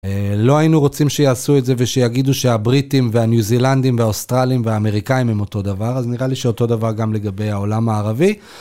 לא היינו רוצים שיעשו את זה ושיגידו שהבריטים והניו זילנדים והאוסטרלים והאמריקאים הם אותו דבר, אז נראה לי שאותו דבר גם לגבי העולם הערבי.